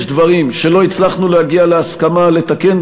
יש דברים שלא הצלחנו להגיע להסכמה על לתקן,